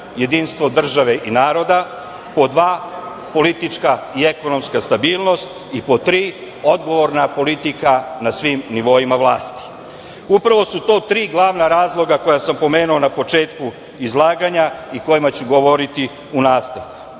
jedinstvo države i naroda; pod dva – politička i ekonomska stabilnost i pod tri – odgovorna politika na svim nivoima vlasti. Upravo su to tri glavna razloga koja sam pomenuo na početku izlaganja i o kojima ću govoriti u nastavku. Danas